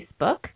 Facebook